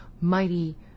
mighty